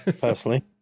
Personally